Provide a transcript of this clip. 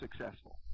successful